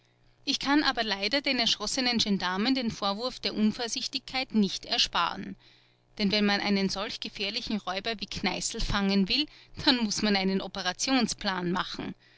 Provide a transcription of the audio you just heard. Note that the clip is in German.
ich kann aber leider den erschossenen gendarmen den vorwurf der unvorsichtigkeit nicht ersparen denn wenn man einen solch gefährlichen räuber wie kneißl fangen will dann muß man einen operationsplan machen